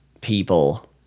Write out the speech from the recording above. people